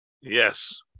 yes